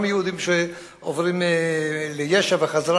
גם יהודים שעוברים ליש"ע ובחזרה,